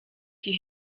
die